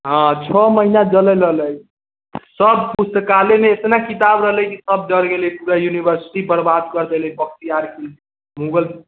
हँ छओ महीना जलल रहलै सब पुष्तकालय मे एतना किताब रहलै की सब जल गेलै पूरा यूनिवर्सिटी बर्बाद कऽ देलकै बख्तियार खिलजी मुगल